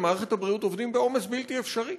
עובדים במערכת הבריאות עובדים בעומס בלתי אפשרי,